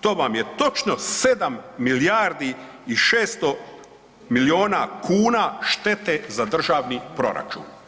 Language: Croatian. to vam je točno 7 milijardi i 600 milijuna kuna štete za državni proračun.